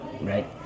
right